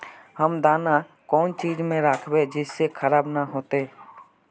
हम दाना कौन चीज में राखबे जिससे खराब नय होते?